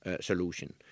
solution